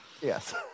Yes